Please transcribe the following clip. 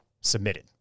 submitted